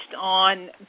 on